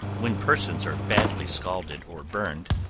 when persons are badly scalded or burned,